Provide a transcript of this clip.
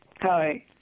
Hi